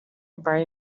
brain